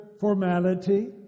formality